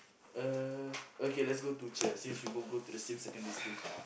uh okay let's go to cher since we both go to the same secondary school